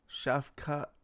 Shafkat